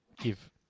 give